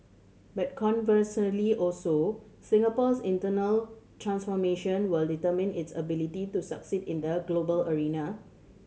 but conversely also Singapore's internal transformation will determine its ability to succeed in the global arena